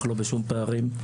אנחנו לא בשום פערים,